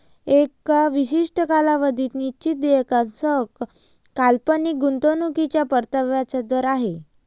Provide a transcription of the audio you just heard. एका विशिष्ट कालावधीत निश्चित देयकासह काल्पनिक गुंतवणूकीच्या परताव्याचा दर आहे